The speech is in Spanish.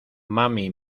mami